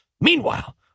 Meanwhile